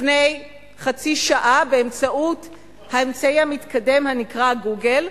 לפני חצי שעה באמצעות האמצעי המתקדם הנקרא "גוגל",